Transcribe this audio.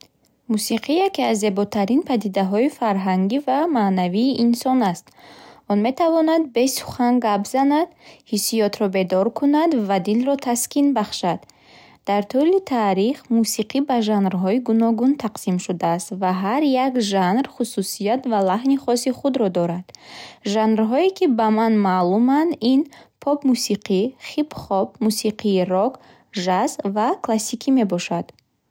Мусиқӣ яке аз зеботарин падидаҳои фарҳангӣ ва маънавии инсон аст. Он метавонад бе сухан гап занад, ҳиссиётро бедор кунад ва дилро таскин бахшад. Дар тӯли таърих мусиқӣ ба жанрҳои гуногун тақсим шудааст ва ҳар як жанр хусусият ва лаҳни хоси худро дорад. Жанрҳое, ки ба ман маълуманд ин поп-мусиқӣ, хип-хоп, мусиқии рок, ҷаз ва классикӣ мебошад.